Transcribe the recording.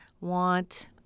want